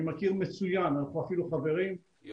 אני מכיר מצוין, אנחנו אפילו חברים.